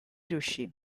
riuscì